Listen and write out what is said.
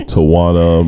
Tawana